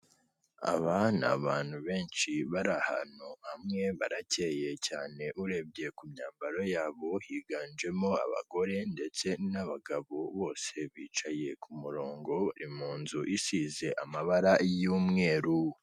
Aba ni abantu benshi bari ahantu hamwe, baracye cyane urebye ku myambaro yabo, higanjemo abagore ndetse n'abagabo, bose bicaye ku murongo, ni mu nzu isize amabara y'umweru.